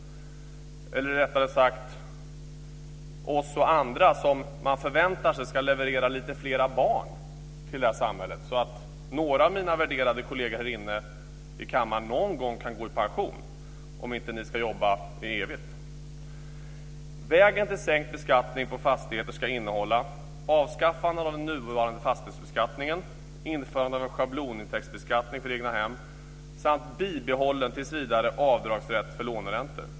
Eller rättare sagt: Oss och andra som man förväntar sig ska leverera lite fler barn till samhället så att några av mina värderade kolleger här i kammaren någon gång kan gå i pension, om ni inte ska jobba för evigt. Vägen till sänkt beskattning ska innehålla avskaffande av den nuvarande fastighetsbeskattningen, införande av en schablonintäktsbeskattning för egnahem samt tills vidare bibehållen avdragsrätt för låneräntor.